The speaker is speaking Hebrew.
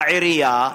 העירייה,